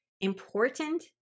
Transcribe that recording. important